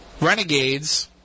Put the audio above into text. Renegades